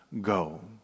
Go